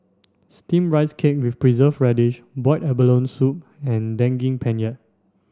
steamed rice cake with preserved radish boiled abalone soup and Daging Penyet